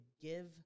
give